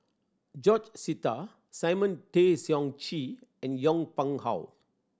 George Sita Simon Tay Seong Chee and Yong Pung How